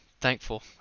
thankful